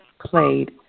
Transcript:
played